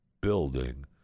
building